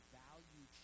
value